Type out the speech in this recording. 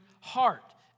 heart